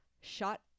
shot